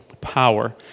power